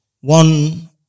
one